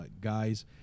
guys